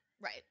Right